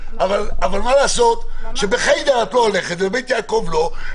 מה לעשות שלחיידר את לא הולכת ולבית יעקב לא,